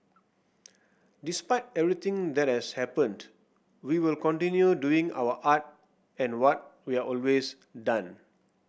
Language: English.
despite everything that has happened we will continue doing our art and what we've always done